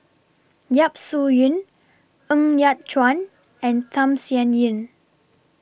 Yap Su Yin Ng Yat Chuan and Tham Sien Yen